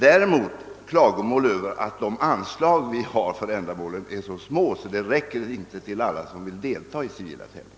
Däremot har vi fått klagomål över att anslagen för ändamålet är så små att de inte räcker till alla som vill deltaga i civila tävlingar.